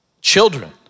children